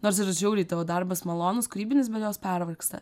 nors ir žiauriai tavo darbas malonus kūrybinis bet jos pervargsta